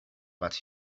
but